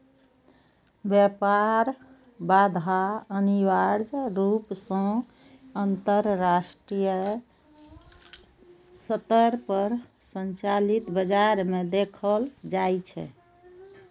व्यापार बाधा अनिवार्य रूप सं अंतरराष्ट्रीय स्तर पर संचालित बाजार मे देखल जाइ छै